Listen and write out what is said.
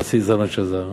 הנשיא זלמן שזר.